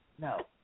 No